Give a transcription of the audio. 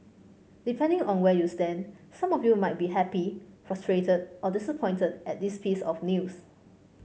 depending on where you stand some of you might be happy frustrated or disappointed at this piece of news